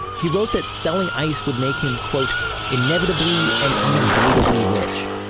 he wrote that selling ice would make him quote inevitably and unavoidably rich.